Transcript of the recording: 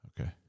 Okay